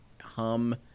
hum